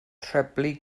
treblu